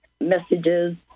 messages